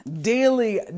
daily